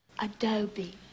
Adobe